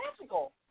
magical